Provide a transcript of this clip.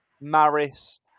Maris